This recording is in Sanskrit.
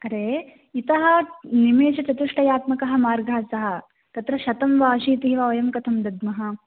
अरे इतः निमेषचतुष्टयात्मकः मार्गः सः तत्र शतं वा अशीतिः वा वयं कथं दद्मः